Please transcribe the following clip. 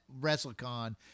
WrestleCon